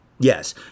Yes